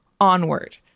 Onward